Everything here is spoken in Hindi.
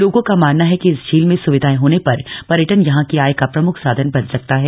लोगों का मानना है कि इस झील में स्विधाएं होने पर पर्यटन यहां की आय का प्रमुख साधन बन सकता है